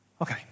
Okay